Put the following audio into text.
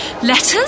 Letters